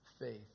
faith